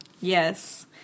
Yes